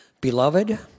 Beloved